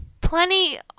Plenty